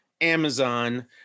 Amazon